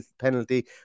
penalty